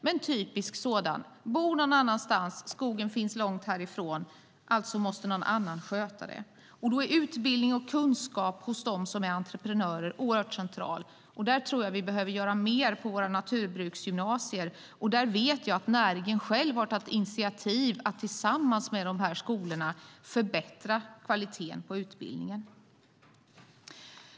En typisk skogsägare bor någon annanstans, och skogen finns långt därifrån. Alltså måste någon annan sköta den. Då är utbildning och kunskap hos dem som är entreprenörer oerhört centralt. Där tror jag att vi behöver göra mer på våra naturbruksgymnasier, och jag vet att näringen själv har tagit initiativ till att tillsammans med skolorna förbättra kvaliteten på utbildningen.